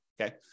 okay